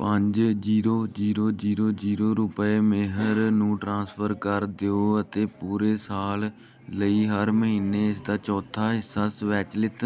ਪੰਜ zero zero zero zero ਰੁਪਏ ਮੇਹਰ ਨੂੰ ਟ੍ਰਾਂਸਫਰ ਕਰ ਦਿਓ ਅਤੇ ਪੂਰੇ ਸਾਲ ਲਈ ਹਰ ਮਹੀਨੇ ਇਸ ਦਾ ਚੌਥਾ ਹਿੱਸਾ ਸਵੈ ਚਲਿਤ